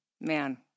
Man